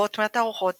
רבות מהתערוכות